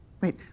Wait